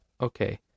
Okay